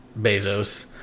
Bezos